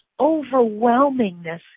overwhelmingness